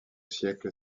siècle